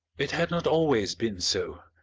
it had not always been so.